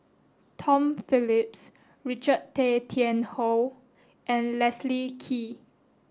Tom Phillips Richard Tay Tian Hoe and Leslie Kee